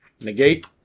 negate